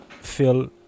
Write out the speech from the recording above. feel